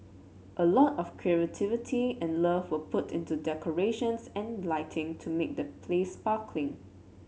a lot of creativity and love were put into decorations and lighting to make the place sparkling